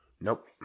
Nope